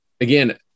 again